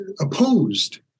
opposed